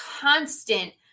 constant